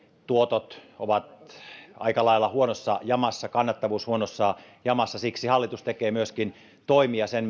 tuotot ovat aika lailla huonossa jamassa kannattavuus huonossa jamassa siksi hallitus tekee myöskin toimia sen